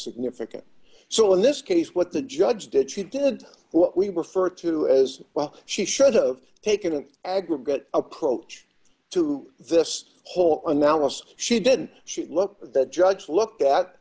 significant so in this case what the judge did she did what we refer to as well she should've taken an aggregate approach to this whole analysis she didn't she look the judge looked at